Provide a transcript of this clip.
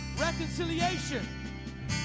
reconciliation